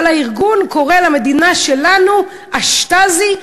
אבל הארגון קורא למדינה שלנו "השטאזי".